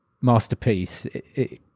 masterpiece